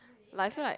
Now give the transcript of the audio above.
like I feel like